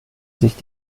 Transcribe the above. sich